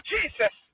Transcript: Jesus